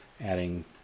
adding